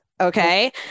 Okay